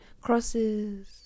crosses